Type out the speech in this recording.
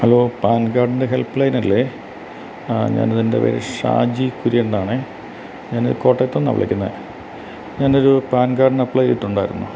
hello PAN കാർഡിൻ്റെ helpline അല്ലെ ഞാനെൻ്റെ പേര് ഷാജി കുര്യനെന്നാണെ ഞാൻ കോട്ടയത്തു നിന്നാണ് വിളിക്കുന്നത് ഞാനൊരു പാൻ കാർഡിന് അപ്ലൈ ചെയ്തിട്ടുണ്ടായിരുന്നു